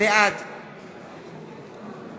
בעד